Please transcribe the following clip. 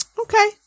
okay